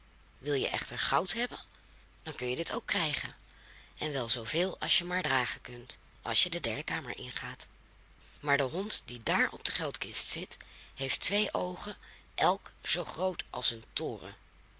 wil je echter goud hebben dan kun je dit ook krijgen en wel zooveel als je maar dragen kunt als je de derde kamer ingaat maar de hond die daar op de geldkist zit heeft twee oogen elk zoo groot als een toren